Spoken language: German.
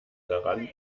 daran